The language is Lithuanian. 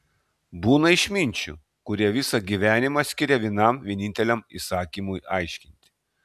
būna išminčių kurie visą gyvenimą skiria vienam vieninteliam įsakymui aiškinti